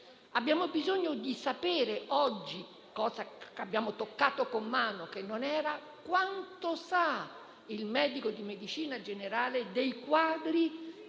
Abbiamo bisogno di sapere oggi (cosa che abbiamo toccato con mano) quanto sa il medico di medicina generale dei quadri